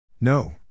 No